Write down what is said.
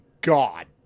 God